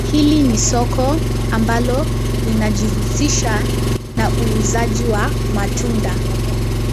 Hili ni soko ambalo linajihusisha na uuzaji wa matunda.